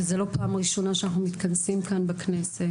זה לא הפעם הראשונה שאנחנו מתכנסים כאן בכנסת,